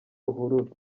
ruhurura